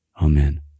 Amen